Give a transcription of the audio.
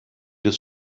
des